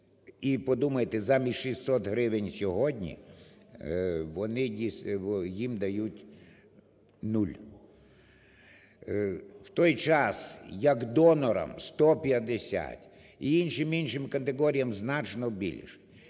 І подумайте, замість 600 гривень сьогодні їм дають нуль, в той час як донорам – 150 й іншим-іншим категоріям значно більше,